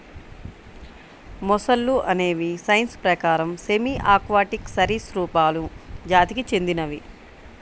మొసళ్ళు అనేవి సైన్స్ ప్రకారం సెమీ ఆక్వాటిక్ సరీసృపాలు జాతికి చెందినవి